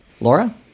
Laura